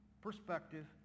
perspective